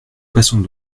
passons